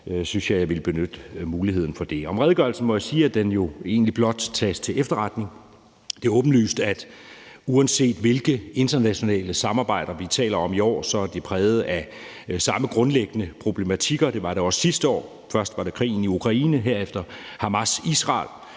synes jeg, jeg ville benytte muligheden til det. Om redegørelsen må jeg sige, at den jo egentlig blot tages til efterretning. Det er åbenlyst, at uanset hvilke internationale samarbejder vi taler om i år, er de præget af samme grundlæggende problematikker som sidste år. Først var det krigen i Ukraine, og herefter var det